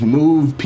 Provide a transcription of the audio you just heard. move